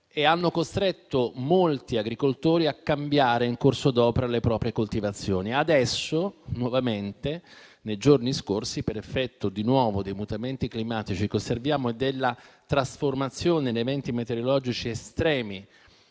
costringendo molti agricoltori a cambiare in corso d'opera le proprie coltivazioni. Nei giorni scorsi, per effetto dei mutamenti climatici che osserviamo e della trasformazione in eventi meteorologici estremi,